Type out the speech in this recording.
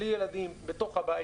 בלי ילדים בתוך הבית,